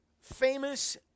famous